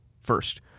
first